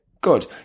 Good